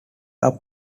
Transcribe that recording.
are